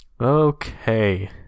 okay